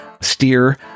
steer